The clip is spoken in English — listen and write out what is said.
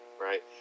right